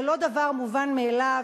זה לא דבר מובן מאליו,